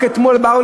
רק אתמול באו,